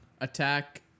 Attack